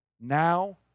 Now